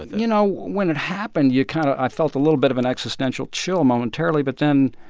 you know, when it happened, you kind of i felt a little bit of an existential chill, momentarily. but then,